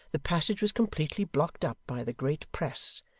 the passage was completely blocked up by the great press,